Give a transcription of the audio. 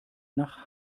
nach